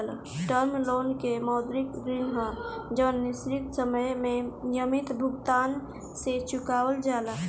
term loan के मौद्रिक ऋण ह जवन निश्चित समय में नियमित भुगतान से चुकावल जाला